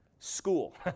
School